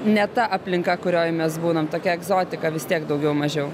ne ta aplinka kurioj mes būnam tokia egzotika vis tiek daugiau mažiau